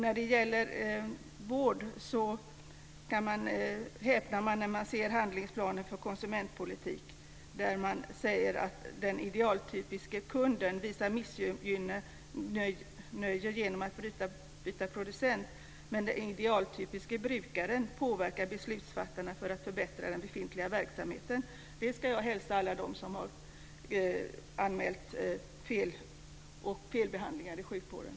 När det gäller vård häpnar man när man ser handlingsplanen för konsumentpolitik. Där sägs att den idealtypiske kunden visar missnöje genom att byta producent, men den idealtypiske brukaren påverkar beslutsfattarna för att förbättra den befintliga verksamheten. Det ska jag hälsa alla dem som har anmält felbehandlingar i sjukvården!